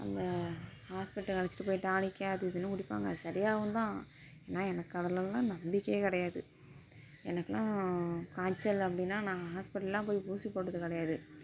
அந்த ஹாஸ்பிட்டல் அலைச்சிட்டு போய் டானிக்கு அது இதுன்னு குடிப்பாங்கள் அது சரியாகும் தான் ஆனால் எனக்கு அதிலலாம் நம்பிக்கையே கிடையாது எனக்குலாம் காய்ச்சல் அப்படினா நான் ஹாஸ்பிட்டல்லாம் போய் ஊசி போட்டது கிடையாது